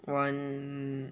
one